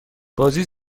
بازی